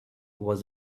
was